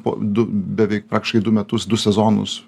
po du beveik praktiškai du metus du sezonus